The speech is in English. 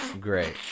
great